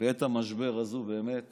בעת המשבר הזה באמת